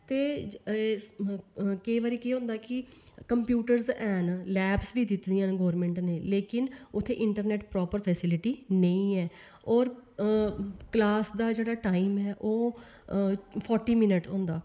ते केंई बारी केह् होंदा कि कम्पयूटरस हैन लेब्स बी दित्ती गवरन्मैंट ने लेकिन उत्थै इंटरनेट प्रापर फैसीलिटी नेईं ऐ और क्लास दा जेहड़ा टाइम ऐ ओह् फोर्टी मिन्ट होंदे